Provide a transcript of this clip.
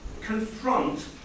confront